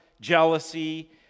Jealousy